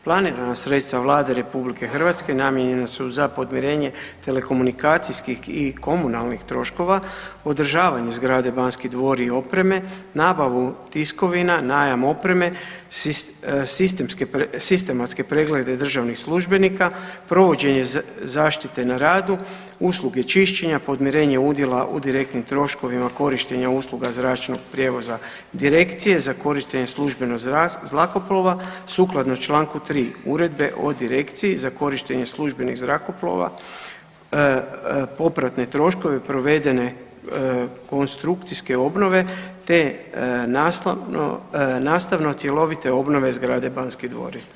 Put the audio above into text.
Planirana sredstva Vlade RH namijenjena su za podmirenje telekomunikacijskih i komunalnih troškova, održavanje zgrade Banski dvori i opreme, nabavu tiskovina, najam opreme, sistematske preglede državnih službenika, provođenje zaštite na radu, usluge čišćenja, podmirenje udjela u direktnim troškovima korištenja usluga zračnog prijevoza direkcije za korištenje službenog zrakoplova sukladno čl. 3. Uredbe o direkciji za korištenje službenih zrakoplova, popratne troškove provedene konstrukcijske obnove, te nastavno cjelovite obnove zgrade Banski dvori.